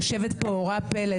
יושבת פה אורה פלד,